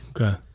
Okay